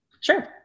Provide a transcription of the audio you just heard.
Sure